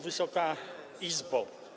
Wysoka Izbo!